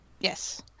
Yes